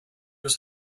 his